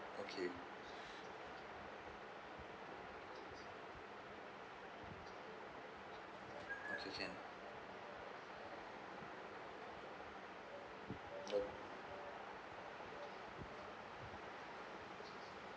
okay okay can nope